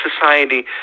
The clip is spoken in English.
society